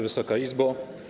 Wysoka Izbo!